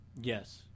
Yes